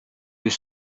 was